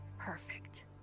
Perfect